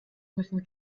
müssen